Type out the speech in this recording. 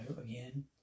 again